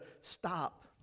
stop